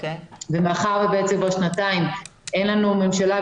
מאחר וכבר שתיים אין לנו ממשלה,